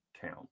count